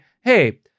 hey